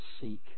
seek